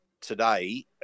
today